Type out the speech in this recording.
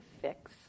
fix